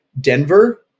Denver